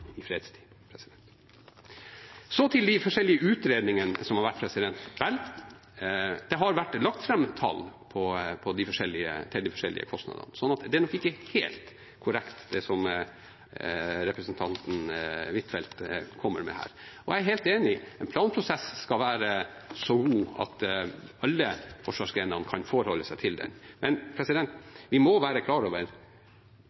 i fredstid. Så til de forskjellige utredningene som har vært. Vel, det har vært lagt fram tall for de forskjellige kostnadene. Det er nok ikke helt korrekt, det som representanten Huitfeldt kommer med her. Jeg er helt enig, en planprosess skal være så god at alle forsvarsgrenene kan forholde seg til den. Men